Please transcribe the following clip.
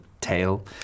tail